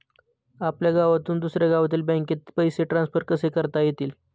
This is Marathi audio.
आपल्या गावातून दुसऱ्या गावातील बँकेत पैसे ट्रान्सफर कसे करता येतील?